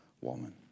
woman